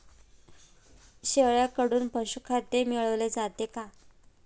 शेळ्यांकडून पशुखाद्य मिळवले जाते का?